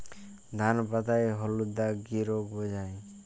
ধান পাতায় হলুদ দাগ কি রোগ বোঝায়?